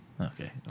Okay